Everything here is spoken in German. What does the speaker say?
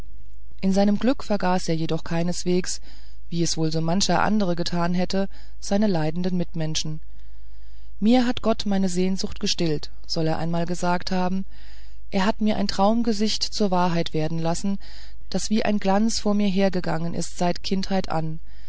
in seinem glück vergaß er jedoch keineswegs wie es wohl so mancher andere getan hätte seine leidenden mitmenschen mir hat gott meine sehnsucht gestillt soll er einmal gesagt haben er hat mir ein traumgesicht zur wahrheit werden lassen das wie ein glanz vor mir hergegangen ist seit kindheit an